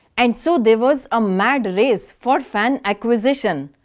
and so there was a mad race for fan acquisition.